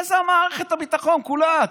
זו מערכת הביטחון כולה.